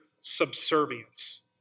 subservience